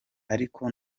ariko